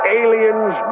aliens